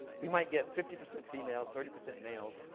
we might get fifty percent females, thirty percent males,